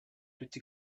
toute